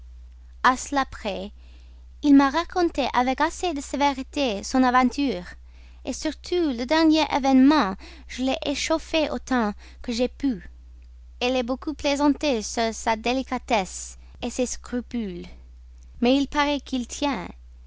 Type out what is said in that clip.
cela près il m'a raconté avec assez de sévérité son aventure surtout le dernier événement je l'ai échauffé autant que j'ai pu l'ai beaucoup plaisanté sur sa délicatesse ses scrupules mais il paraît qu'il y tient